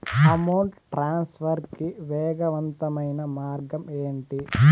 amount transfer కి వేగవంతమైన మార్గం ఏంటి